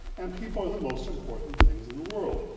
and people are the most important things in the world.